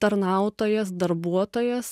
tarnautojas darbuotojas